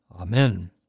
Amen